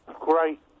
great